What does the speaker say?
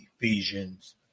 Ephesians